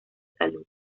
salud